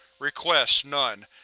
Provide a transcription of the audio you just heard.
request none.